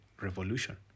revolution